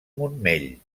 montmell